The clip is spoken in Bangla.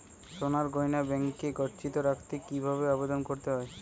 সোনার গহনা ব্যাংকে গচ্ছিত রাখতে কি ভাবে আবেদন করতে হয়?